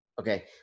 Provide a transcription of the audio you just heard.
Okay